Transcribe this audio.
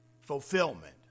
fulfillment